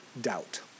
doubt